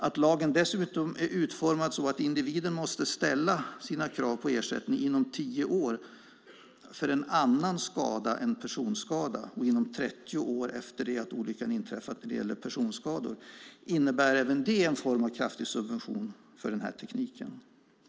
Att lagen dessutom är utformad så att individen måste ställa sina krav på ersättning inom tio år för annan skada än personskada och inom 30 år efter det att olyckan inträffat när det gäller personskador innebär även det en form av kraftig subvention för den här tekniken.